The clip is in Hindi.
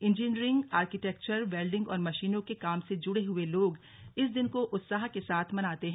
इंजीनियरिंग आर्किटेक्चर वेल्डिंग और मशीनों के काम से जुड़े हुए लोग इस दिन को उत्साह के साथ मनाते हैं